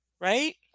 right